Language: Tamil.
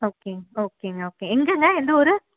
ஓகேங்க ஓகேங்க ஓகே எங்கேங்க எந்த ஊர்